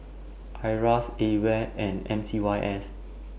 IRAS AWARE and M C Y S